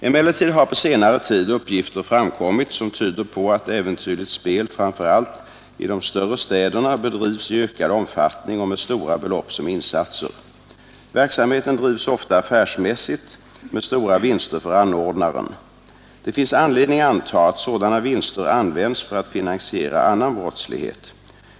Emellertid har på senare tid uppgifter framkommit som tyder på att äventyrligt spel framför allt i de större städerna bedrivs i ökad omfattning och med stora belopp som insatser. Verksamheten drivs ofta affärsmässigt med stora vinster för anordnaren. Det finns anledning anta att sådana vinster används för att finansiera annan brottslighet.